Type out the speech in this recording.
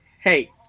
hey